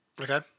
Okay